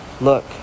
Look